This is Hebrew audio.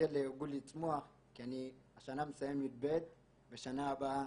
ונותן לארגון לצמוח כי אני השנה מסיים י"ב ושנה הבאה